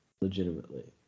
legitimately